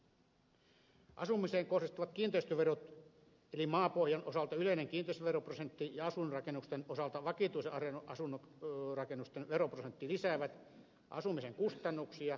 asumiseen kohdistuvat kiinteistöverot eli maapohjan osalta yleinen kiinteistöveroprosentti ja asuinrakennusten osalta vakituisten asuntorakennusten veroprosentti lisäävät asumisen kustannuksia